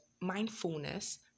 mindfulness